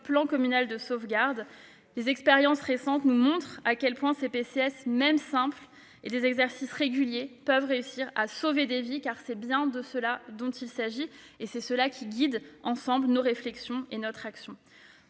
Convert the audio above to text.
plan communal de sauvegarde. Les expériences récentes nous montrent à quel point un PCS, même simple, et des exercices réguliers peuvent réussir à sauver des vies. Car c'est bien de cela qu'il s'agit ! C'est cela qui doit guider nos réflexions et notre action.